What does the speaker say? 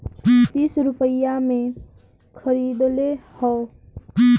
तीस रुपइया मे खरीदले हौ